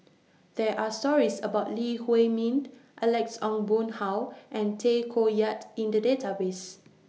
There Are stories about Lee Huei Mint Alex Ong Boon Hau and Tay Koh Yat in The Database